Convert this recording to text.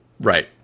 Right